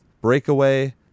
Breakaway